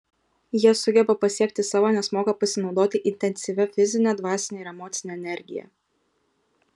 jie sugeba pasiekti savo nes moka pasinaudoti intensyvia fizine dvasine ir emocine energija